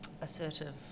assertive